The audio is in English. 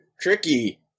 Tricky